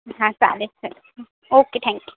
हां चालेल चालेल ओके थँक्यू